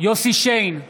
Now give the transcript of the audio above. יוסף שיין,